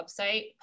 website